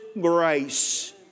grace